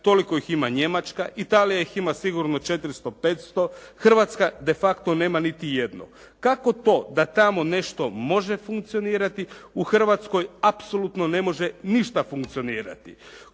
toliko ih ima Njemačka. Italija ih ima sigurno 400, 500, Hrvatska de facto nema niti jedno. Kako to da tamo nešto može funkcionirati u Hrvatskoj apsolutno ne može ništa funkcionirati?